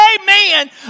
Amen